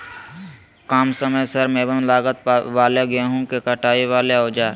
काम समय श्रम एवं लागत वाले गेहूं के कटाई वाले औजार?